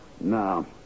No